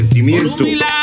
Sentimiento